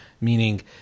meaning